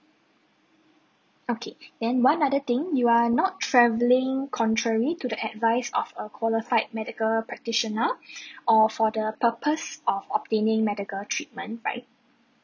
okay then one other thing you are not travelling contrary to the advice of a qualified medical practitioner or for the purpose of obtaining medical treatment right